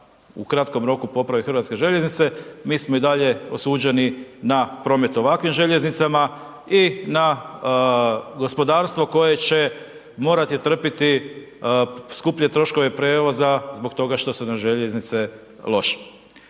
ukratko popravi HŽ, mi smo i dalje osuđeni na promet ovakvih željeznicama i na gospodarstvo koje će morati trpjeti skuplje troškove prijevoza zbog toga što su nam željeznice loše.